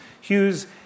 Hughes